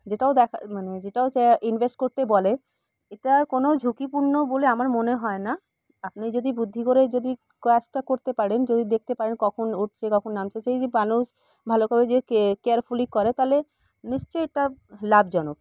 যেটাও দেখা মানে যেটাও চা ইনভেস্ট করতে বলে এতে আর কোনো ঝুঁকিপূর্ণ বলে আমার মনে হয় না আপনি যদি বুদ্ধি করে যদি কাজটা করতে পারেন যদি দেখতে পারেন কখন উঠছে কখন নামছে সেই যে মানুষ ভালো করে যে কে কেয়ারফুলি করে তাহলে নিশ্চয়ই এটা লাভজনক